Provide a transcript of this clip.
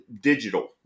digital